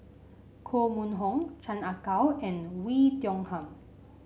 Koh Mun Hong Chan Ah Kow and Oei Tiong Ham